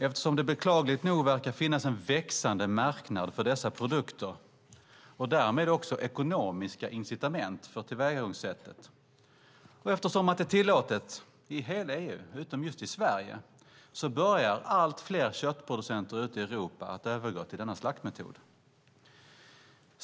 Eftersom det beklagligt nog verkar finnas en växande marknad för dessa produkter och därmed också ekonomiska incitament för tillvägagångssättet, och eftersom det är tillåtet i hela EU utom just i Sverige, börjar allt fler köttproducenter ute i Europa övergå till denna slaktmetod.